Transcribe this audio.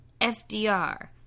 FDR